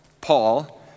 Paul